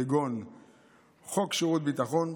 כגון חוק שירות ביטחון,